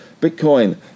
Bitcoin